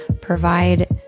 provide